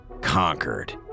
conquered